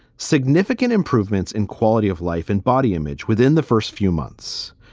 significant improvements in quality of life and body image within the first few months,